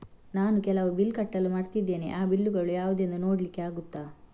ನಾನು ಕೆಲವು ಬಿಲ್ ಕಟ್ಟಲು ಮರ್ತಿದ್ದೇನೆ, ಆ ಬಿಲ್ಲುಗಳು ಯಾವುದೆಂದು ನೋಡ್ಲಿಕ್ಕೆ ಆಗುತ್ತಾ?